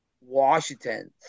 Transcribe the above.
Washington